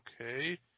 Okay